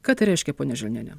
ką tai reiškia ponia želniene